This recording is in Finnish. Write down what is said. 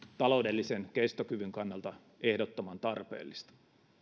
taloudellisen kestokyvyn kannalta ehdottoman tarpeellista